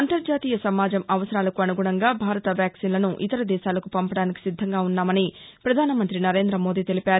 అంతర్జాతీయ సమాజం అవసరాలకు అనుగుణంగా భారత వ్యాక్సిస్లను ఇతరదేశాలకు పంపడానికి సిద్దంగా ఉన్నామని ప్రధానమంత్రి సరేంద్రమోదీ తెలిపారు